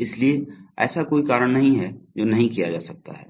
इसलिए ऐसा कोई कारण नहीं है जो नहीं किया जा सकता है